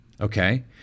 Okay